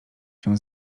się